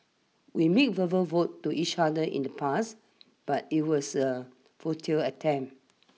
we made verbal vote to each other in the past but it was a futile attempt